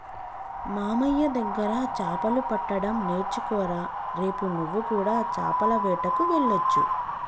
మామయ్య దగ్గర చాపలు పట్టడం నేర్చుకోరా రేపు నువ్వు కూడా చాపల వేటకు వెళ్లొచ్చు